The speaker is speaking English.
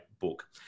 book